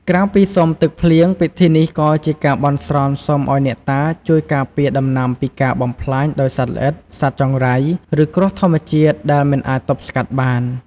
ក្រៅពីសុំទឹកភ្លៀង ពិធីនេះក៏ជាការបន់ស្រន់សុំឱ្យអ្នកតាជួយការពារដំណាំពីការបំផ្លាញដោយសត្វល្អិត សត្វចង្រៃ ឬគ្រោះធម្មជាតិដែលមិនអាចទប់ស្កាត់បាន។